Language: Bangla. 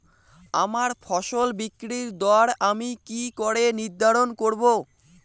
আমার ফসল বিক্রির দর আমি কি করে নির্ধারন করব?